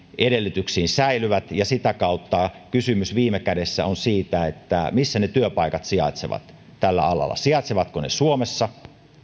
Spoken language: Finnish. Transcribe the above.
edellytyksiin säilyvät sitä kautta kysymys viime kädessä on siitä missä ne työpaikat sijaitsevat tällä alalla sijaitsevatko ne suomessa